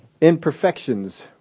imperfections